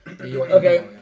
Okay